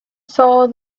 saw